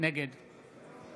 נגד